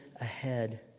ahead